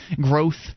growth